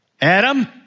Adam